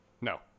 No